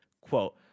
quote